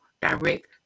direct